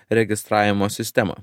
registravimo sistemą